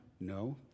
No